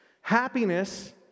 Happiness